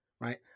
right